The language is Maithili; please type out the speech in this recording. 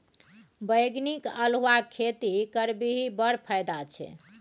बैंगनी अल्हुआक खेती करबिही बड़ फायदा छै